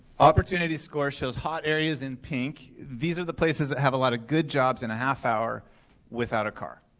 opportunity score shows hot areas in pink. these are the places that have a lot of good jobs in a half hour without a car.